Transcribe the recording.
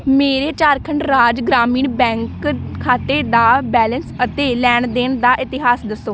ਮੇਰੇ ਝਾਰਖੰਡ ਰਾਜ ਗ੍ਰਾਮੀਣ ਬੈਂਕ ਖਾਤੇ ਦਾ ਬੈਲੰਸ ਅਤੇ ਲੈਣ ਦੇਣ ਦਾ ਇਤਿਹਾਸ ਦੱਸੋ